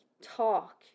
talk